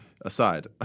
aside